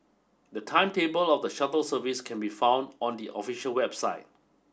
the timetable of the shuttle service can be found on the official website